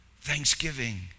thanksgiving